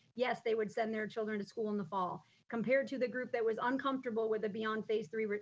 yes, they would send their children to school in the fall compared to the group that was uncomfortable with the beyond phase three